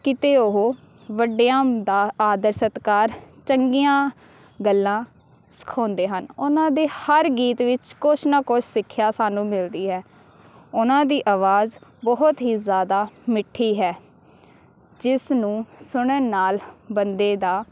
ਕਿਤੇ ਉਹ ਵੱਡਿਆਂ ਦਾ ਆਦਰ ਸਤਿਕਾਰ ਚੰਗੀਆਂ ਗੱਲਾਂ ਸਿਖਾਉਂਦੇ ਹਨ ਉਹਨਾਂ ਦੇ ਹਰ ਗੀਤ ਵਿੱਚ ਕੁਛ ਨਾ ਕੁਛ ਸਿੱਖਿਆ ਸਾਨੂੰ ਮਿਲਦੀ ਹੈ ਉਹਨਾਂ ਦੀ ਆਵਾਜ਼ ਬਹੁਤ ਹੀ ਜ਼ਿਆਦਾ ਮਿੱਠੀ ਹੈ ਜਿਸ ਨੂੰ ਸੁਣਨ ਨਾਲ ਬੰਦੇ ਦਾ